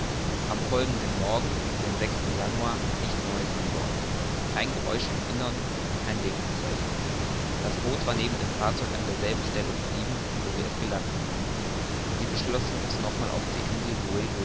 am folgenden morgen den januar nichts neues an bord kein geräusch im innern kein lebenszeichen das boot war neben dem fahrzeug an derselben stelle geblieben wo wir es gelassen hatten wir beschlossen uns nochmals auf die insel